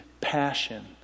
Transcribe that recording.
passion